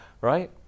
Right